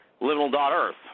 Liminal.Earth